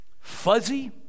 fuzzy